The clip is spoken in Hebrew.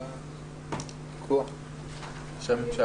בבקשה.